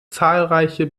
zahlreiche